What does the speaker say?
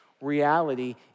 reality